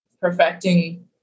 perfecting